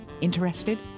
Interested